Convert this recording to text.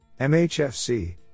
MHFC